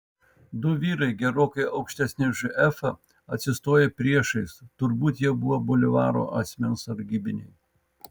du vyrai gerokai aukštesni už efą atsistojo priešais turbūt jie buvo bolivaro asmens sargybiniai